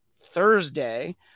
Thursday